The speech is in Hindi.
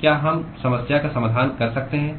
क्या हम समस्या का समाधान कर सकते हैं